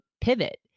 pivot